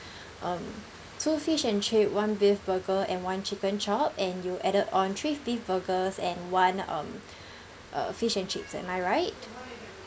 um two fish and chip one beef burger and one chicken chop and you added on three beef burgers and one um uh fish and chips am I right